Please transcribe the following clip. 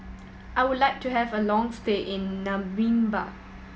I would like to have a long stay in Namibia